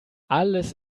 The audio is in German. alles